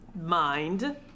mind